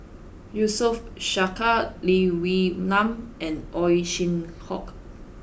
Yusof Ishak Lee Wee Nam and Ow Chin Hock